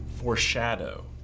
foreshadow